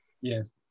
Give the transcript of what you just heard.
yes